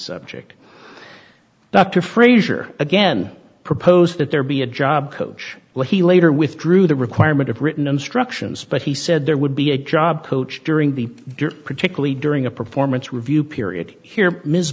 subject dr frazier again proposed that there be a job coach well he later withdrew the requirement of written instructions but he said there would be a job coach during the particularly during a performance review period here ms